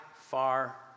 far